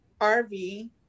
RV